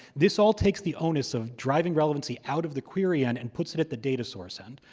this all takes the onus of driving relevancy out of the query end and puts it at the data source end,